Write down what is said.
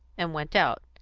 and went out,